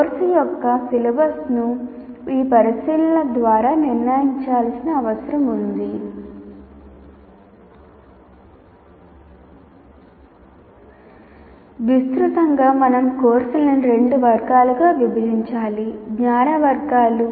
course యొక్క సిలబస్ను ఈ పరిశీలనల ద్వారా నిర్ణయించాల్సిన అవసరం ఉంది విస్తృతంగా మనం కోర్సులను రెండు వర్గాలుగా విభజించాలి జ్ఞాన వర్గాలు